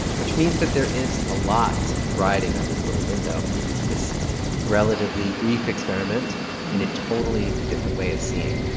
which means that there is a lot riding on this little window this relatively brief experiment in a totally different way of seeing